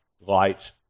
light